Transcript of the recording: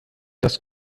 das